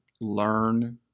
learn